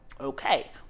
okay